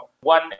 one